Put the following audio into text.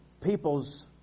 people's